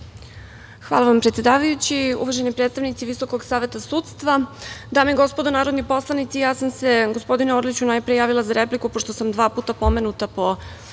Hvala vam predsedavajući. Uvaženi predstavnici Visokog saveta sudstva, dame i gospodo narodni poslanici, ja sam se gospodine Orliću najpre javila za repliku, pošto sam dva puta pomenuta po